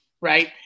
right